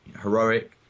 heroic